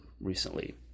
recently